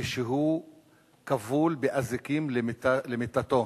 כשהוא כבול באזיקים למיטתו